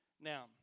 Now